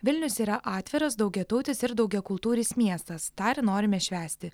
vilnius yra atviras daugiatautis ir daugiakultūris miestas tą ir norime švęsti